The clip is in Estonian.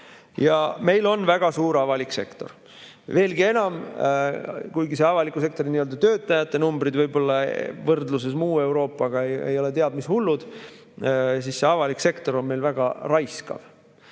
Meil on väga suur avalik sektor. Veelgi enam, kuigi avaliku sektori töötajate numbrid võrdluses muu Euroopaga ei ole teab mis hullud, siis see avalik sektor on meil väga raiskav.